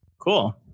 cool